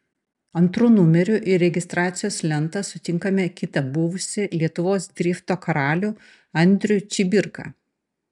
antru numeriu į registracijos lentą sutinkame kitą buvusį lietuvos drifto karalių andrių čibirką